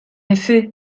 effet